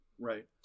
right